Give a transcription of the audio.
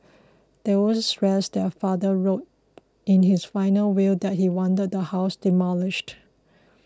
they also stressed that their father wrote in his final will that he wanted the house demolished